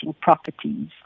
properties